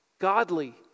godly